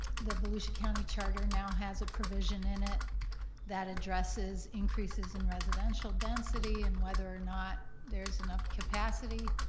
the volusia county charter now has a provision in it that addresses increases in residential density and whether or not there's enough capacity.